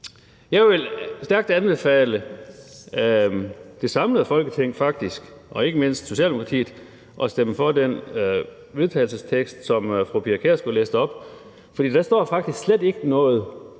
Jeg vil stærkt anbefale et samlet Folketing og jo ikke mindst Socialdemokratiet at stemme for det forslag til vedtagelse, som fru Pia Kjærsgaard læste op. For der står faktisk slet ikke noget